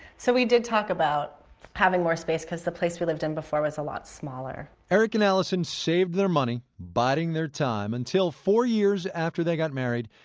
so we did talk about having more space, cause the place we lived in before was a lot smaller eric and alison saved their money, biding their time, until four years after they got married,